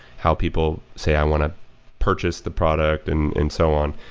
how people say i want to purchase the product and and so on.